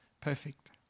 perfect